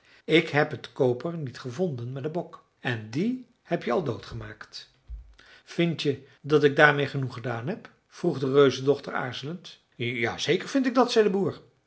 ik heb het koper niet gevonden maar de bok en dien heb je al dood gemaakt vind je dat ik daarmeê genoeg gedaan heb vroeg de reuzendochter aarzelend ja zeker vind ik dat zei de boer